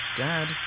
Dad